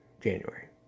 january